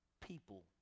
people